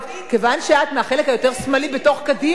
כיוון שאת מהחלק היותר שמאלי בתוך קדימה,